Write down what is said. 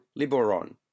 Liboron